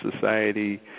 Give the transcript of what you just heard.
society